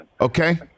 Okay